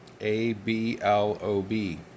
A-B-L-O-B